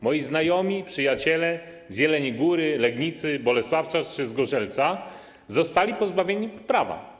Moi znajomi, przyjaciele z Jeleniej Góry, Legnicy, Bolesławca czy Zgorzelca zostali pozbawieni prawa.